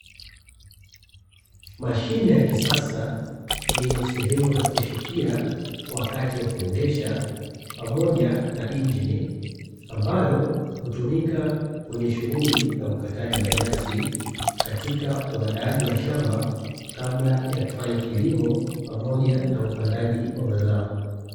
Mashine ya kisasa yenye sehemu ya kushikia wakati wa kuendesha pamoja na injini. Ambayo hutumika kwenye shughuli ya ukataji wa nyasi katika uandaaji wa shamba kabla ya kufanya kilimo pamoja na upandaji wa mazao.